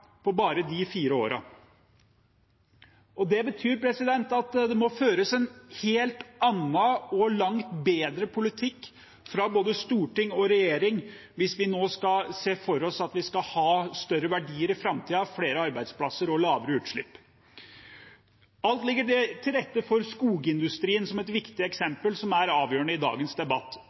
på bare de fire årene. Det betyr at det må føres en helt annen og langt bedre politikk fra både storting og regjering hvis vi nå ser for oss at vi skal ha større verdier i framtiden, flere arbeidsplasser og lavere utslipp. Alt ligger til rette for skogindustrien som et viktig eksempel som er avgjørende i dagens debatt.